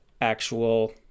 actual